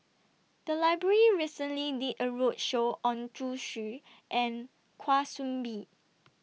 The Library recently did A roadshow on Zhu Xu and Kwa Soon Bee